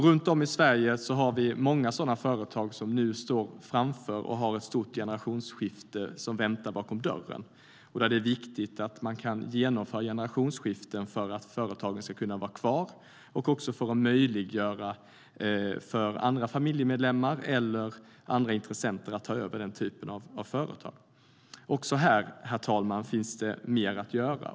Runt om i Sverige finns många företag som nu har ett stort generationsskifte som väntar bakom dörren. Det är därför viktigt att kunna genomföra generationsskifte för att företaget ska kunna vara kvar och också för att möjliggöra för andra familjemedlemmar eller andra intressenter att ta över den typen av företag. Också här finns det mer att göra.